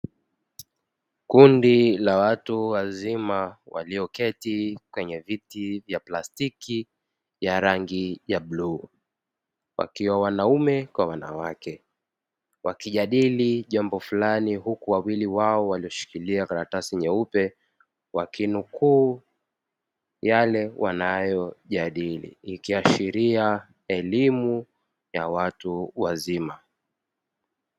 Kundi la watu wazima walioketi kwenye viti vya plastiki ya rangi ya bluu, wakiwa wanaume kwa wanawake wakijadili jambo fulani huku wawili wao walioshikiria karatasi nyeupe wakinukuu yale wanayojadili ikiashilia elimu ya watu wazima.